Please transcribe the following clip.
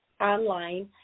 online